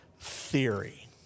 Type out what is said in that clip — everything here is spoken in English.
theory